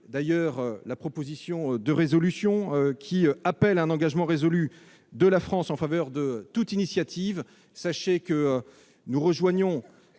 saluer la proposition de résolution qui appelle à un engagement résolu de la France en faveur de toute initiative. Sachez que nous rejoignons